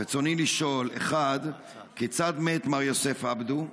רצוני לשאול: 1. כיצד מת מר יוסף עבדו?